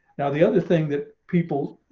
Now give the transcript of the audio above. now, the other thing that people,